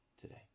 today